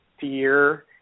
fear